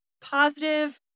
positive